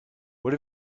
what